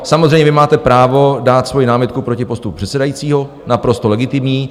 Samozřejmě, vy máte právo dát svoji námitku proti postupu předsedajícího, naprosto legitimní.